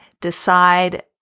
decide